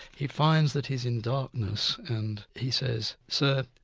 he finds that he's in darkness, and he says sir,